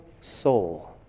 soul